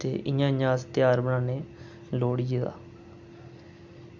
ते इंया इंया अस ध्यार मनान्ने लोह्ड़ियै दा